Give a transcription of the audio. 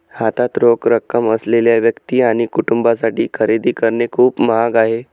हातात रोख रक्कम असलेल्या व्यक्ती आणि कुटुंबांसाठी खरेदी करणे खूप महाग आहे